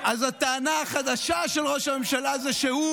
אז הטענה החדשה של ראש הממשלה היא,